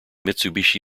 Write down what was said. mitsubishi